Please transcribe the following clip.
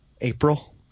April